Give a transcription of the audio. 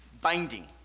binding